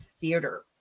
theater